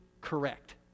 correct